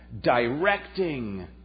directing